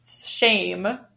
shame